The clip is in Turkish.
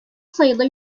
sayıda